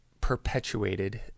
perpetuated